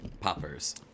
Poppers